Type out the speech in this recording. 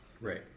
Right